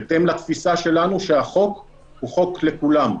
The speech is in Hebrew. בהתאם לתפיסה שלנו שהחוק הוא חוק לכולם,